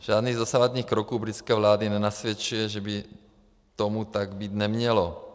Žádný z dosavadních kroků britské vlády nenasvědčuje, že by tomu tak být nemělo.